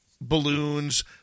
balloons